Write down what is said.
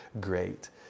great